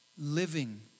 living